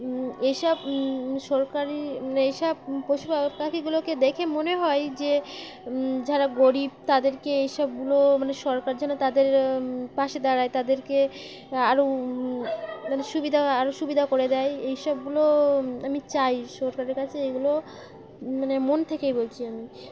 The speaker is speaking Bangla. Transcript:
এইসব সরকারি মানে এইসব পশুপ পাখিগুলোকে দেখে মনে হয় যে যারা গরিব তাদেরকে এইসবগুলো মানে সরকার যারা তাদের পাশে দাঁড়ায় তাদেরকে আরও মানে সুবিধা আরও সুবিধা করে দেয় এই সবগুলো আমি চাই সরকারের কাছে এগুলো মানে মন থেকেই বলছি আমি